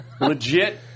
Legit